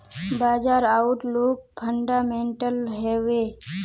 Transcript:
बाजार outlook fundamental हैवै?